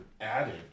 added